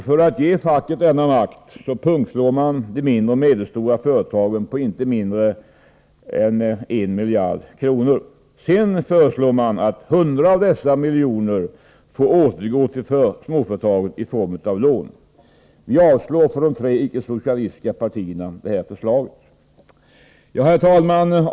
För att ge facket denna makt pungslår man de mindre och medelstora företagen på inte mindre än 1 miljard kronor. Sedan föreslår man att 100 av dessa miljoner får återgå till småföretagen i form av lån. Vi avstyrker från de tre icke-socialistiska partierna detta förslag. Herr talman!